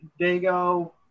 Dago